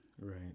Right